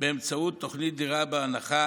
באמצעות תוכנית "דירה בהנחה",